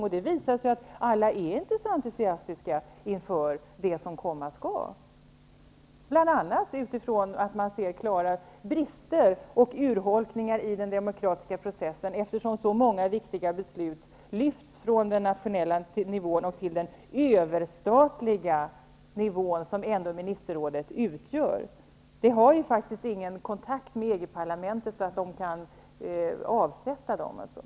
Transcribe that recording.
Det har ju visat sig att inte alla är så entusiastiska inför det som komma skall, bl.a. därför att man ser klara brister och en urholkning av den demokratiska processen. Många viktiga beslut lyfts från den nationella nivån och förs upp till den överstatliga nivå som ministerrådet ändå utgör. Det finns nämligen inte en sådan kontakt med EG-parlamentet att ett avsättande är möjligt.